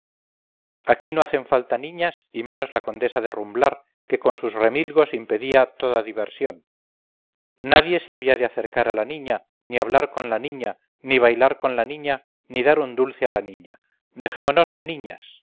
aquí no hacen falta niñas y menos la condesa de rumblar que con sus remilgos impedía toda diversión nadie se había de acercar a la niña ni hablar con la niña ni bailar con la niña ni dar un dulce a la niña dejémonos de niñas